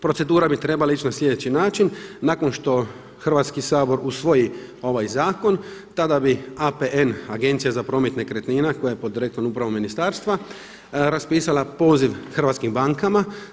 Procedura bi trebala ići na sljedeći način, nakon što Hrvatski sabor usvoji ovaj zakon tada bi APN, Agencija za promet nekretnina koja je pod direktnom upravom ministarstva raspisala poziv hrvatskim bankama.